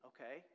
Okay